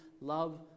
love